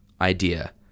idea